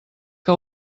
que